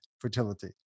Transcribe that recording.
fertility